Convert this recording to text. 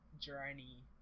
journey